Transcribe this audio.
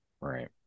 right